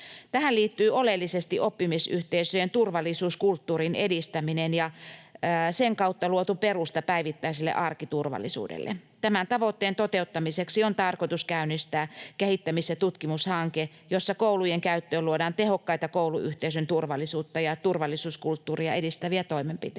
Tähän liittyy oleellisesti oppimisyhteisöjen turvallisuuskulttuurin edistäminen ja sen kautta luotu perusta päivittäiselle arkiturvallisuudelle. Tämän tavoitteen toteuttamiseksi on tarkoitus käynnistää kehittämis‑ ja tutkimushanke, jossa koulujen käyttöön luodaan tehokkaita kouluyhteisön turvallisuutta ja turvallisuuskulttuuria edistäviä toimenpiteitä.